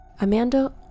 Amanda